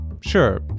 Sure